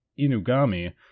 Inugami